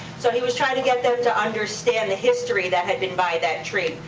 so he was trying to get them to understand the history that had been by that tree.